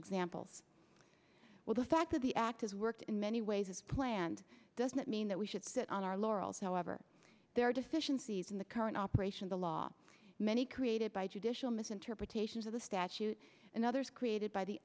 examples where the fact of the act is worked in many ways as planned does not mean that we should sit on our laurels however there are deficiencies in the current operation the law many created by judicial misinterpretations of the statute and others created by the